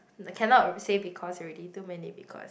I cannot say because already too many because